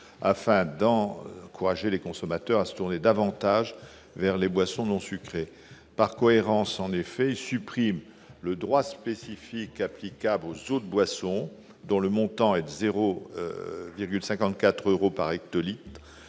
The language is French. afin d'encourager les consommateurs à se tourner davantage vers les boissons non sucrées. Par cohérence, en effet, il tend à supprimer le droit spécifique applicable aux autres boissons, dont le montant est 0,54 euro par hectolitre.